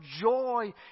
joy